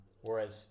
whereas